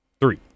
Three